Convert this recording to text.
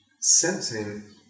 sensing